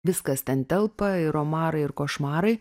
viskas ten telpa ir omarai ir košmarai